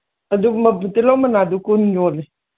ꯑꯗꯨ ꯇꯤꯜꯍꯧ ꯃꯅꯥꯗꯨ ꯀꯨꯟ ꯌꯣꯜꯂꯤ